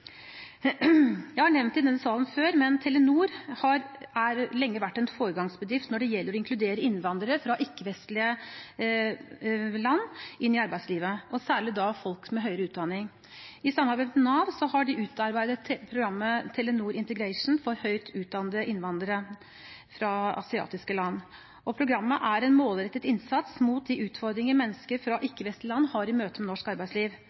Jeg har nevnt det i denne salen før, men Telenor har lenge vært en foregangsbedrift når det gjelder å inkludere innvandrere fra ikke-vestlige land inn i arbeidslivet, særlig folk med høyere utdanning. I samarbeid med Nav har de utarbeidet programmet Telenor Integration for høyt utdannede innvandrere fra asiatiske land, og programmet er en målrettet innsats mot de utfordringer mennesker fra ikke-vestlige land har i møte med norsk arbeidsliv.